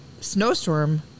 snowstorm